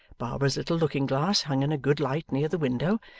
barbara's little looking-glass hung in a good light near the window,